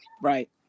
right